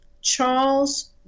Charles